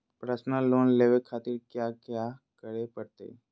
Personal loan लेवे खातिर कया क्या करे पड़तइ?